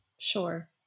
Sure